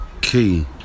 key